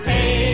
Hey